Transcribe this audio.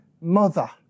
mother